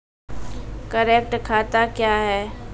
Current खाता क्या हैं?